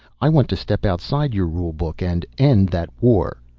i want to step outside your rule book and end that war.